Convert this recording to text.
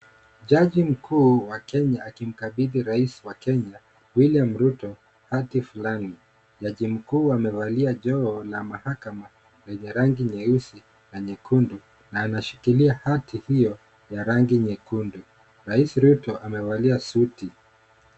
Jaji mkuu wa Kenya akimkabidhi rais wa Kenya William Ruto hati fulani. Jaji mkuu amevalia joho la mahakama lenye rangi nyeusi na nyekundu na anashikilia hati hiyo ya rangi nyekundu. Rais ruto amevalia suti.